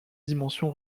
dimension